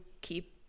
keep